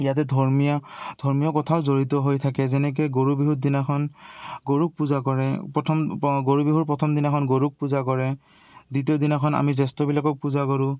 ইয়াতে ধৰ্মীয় ধৰ্মীয় কথাও জড়িত হৈ থাকে যেনেকে গৰু বিহুৰ দিনাখন গৰুক পূজা কৰে প্ৰথম গৰু বিহুৰ প্ৰথম দিনাখন গৰুক পূজা কৰে দ্বিতীয় দিনাখন আমি জ্যেষ্ঠবিলাকক পূজা কৰোঁ